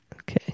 Okay